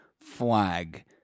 flag